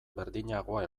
berdinagoa